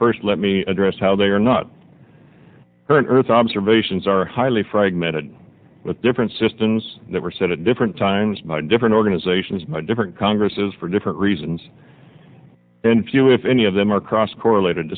first let me address how they are not current earth observations are highly fragmented with different systems that were set at different times by different organizations by different congresses for different reasons and few if any of them are cross correlated